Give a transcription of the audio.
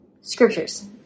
Scriptures